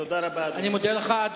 תודה רבה, אדוני